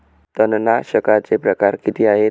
तणनाशकाचे प्रकार किती आहेत?